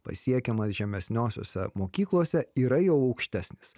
pasiekiamas žemesniosiose mokyklose yra jau aukštesnis